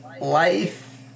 life